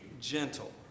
gentle